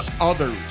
others